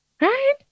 Right